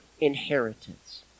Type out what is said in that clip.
inheritance